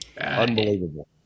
Unbelievable